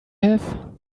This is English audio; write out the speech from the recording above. have